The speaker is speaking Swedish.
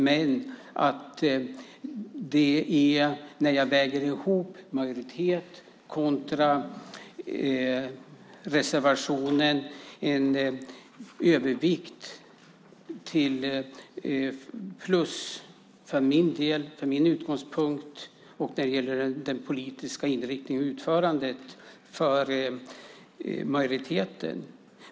Men när jag väger majoritetens förslag kontra reservationen blir det en övervikt av plus för majoriteten. Så blir det för min del, från min utgångspunkt, när det gäller den politiska inriktningen och utförandet.